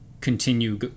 continue